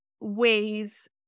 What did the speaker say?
ways